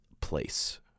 place